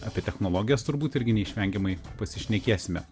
apie technologijas turbūt irgi neišvengiamai pasišnekėsime